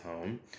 home